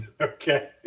Okay